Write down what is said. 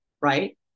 right